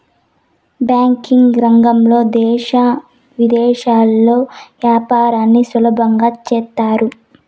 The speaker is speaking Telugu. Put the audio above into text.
బ్యాంకింగ్ రంగంలో దేశ విదేశాల్లో యాపారాన్ని సులభంగా చేత్తారు